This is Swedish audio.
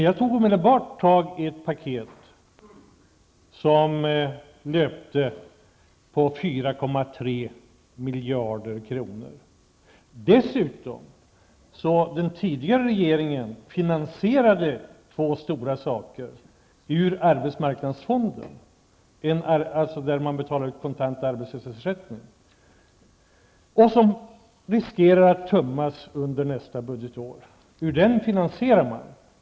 Jag tog omedelbart tag i arbetet med ett paket som belöpte på 4,3 miljarder kronor. Dessutom finansierade den tidigare regeringen två stora saker med medel ur arbetsmarknadsfonden, den fond som används till kontant arbetslöshetsersättning och som riskerar att tömmas under nästa budgetår. Ur den tog man medel.